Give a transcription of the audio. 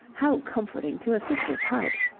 how comforting to a sister's heart.